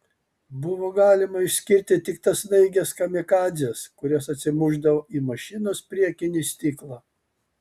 buvo galima išskirti tik tas snaiges kamikadzes kurios atsimušdavo į mašinos priekinį stiklą